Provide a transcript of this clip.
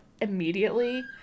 immediately